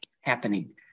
happening